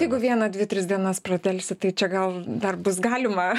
jeigu vieną dvi tris dienas pradelsti tai čia gal dar bus galima